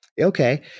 Okay